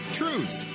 truth